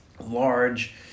large